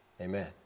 Amen